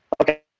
Okay